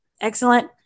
excellent